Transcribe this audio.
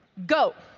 go!